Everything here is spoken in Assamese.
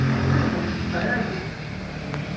আছে চায়েই আছোঁ ওম